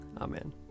Amen